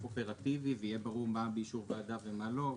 אופרטיבי ויהיה ברור מה באישור ועדה ומה לא.